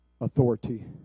authority